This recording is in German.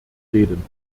reden